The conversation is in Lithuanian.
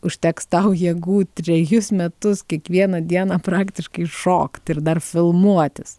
užteks tau jėgų trejus metus kiekvieną dieną praktiškai šokt ir dar filmuotis